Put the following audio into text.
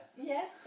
Yes